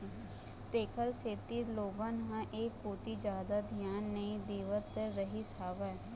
तेखर सेती लोगन ह ऐ कोती जादा धियान नइ देवत रहिस हवय